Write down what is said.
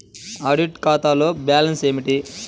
Audit ఖాతాలో balance ఏమిటీ?